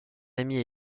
amie